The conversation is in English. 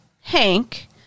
Hank